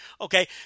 Okay